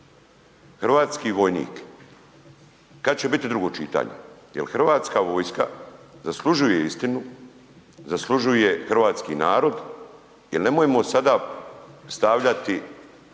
Hrvatski vojnik, kad će biti drugo čitanje? Jel HV zaslužuje istinu, zaslužuje hrvatski narod jel nemojmo sada stavljati